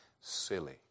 Silly